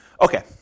Okay